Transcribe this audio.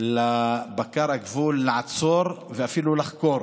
לבקר הגבול לעצור, ואפילו לחקור.